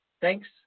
Thanks